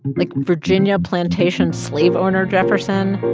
like virginia plantation slave owner jefferson,